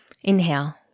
Inhale